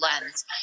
lens